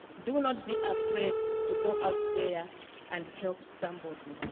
do not be afraid to go out there and help somebody,